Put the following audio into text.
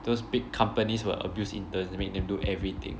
those big companies will abuse interns and make them do everything